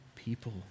people